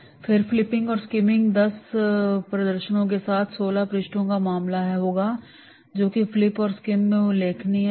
फिर फ़्लिपिंग और स्किमिंग दस प्रदर्शनों के साथ सौलह पृष्ठों का मामला होगा जो कि फ्लिप और स्किम में उल्लेखनीय है